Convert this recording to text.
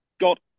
got